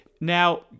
Now